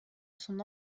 son